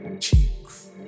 Cheeks